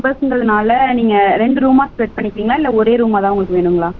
கேர்ள்ஸ்ன்றதுனால் நீங்கள் ரெண்டு ரூமாக செட் பண்ணிக்கிறிங்களா இல்லை ஒரே ரூமாகதான் உங்களுக்கு வேணுங்களா